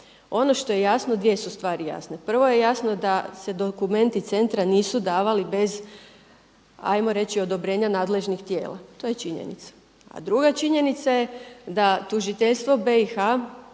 Ono što je jasno, dvije su stvari jasne. Prvo je jasno da se dokumenti centra nisu davali bez hajmo reći odobrenja nadležnih tijela, to je činjenica. A druga činjenica je da tužiteljstvo BiH,